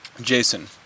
Jason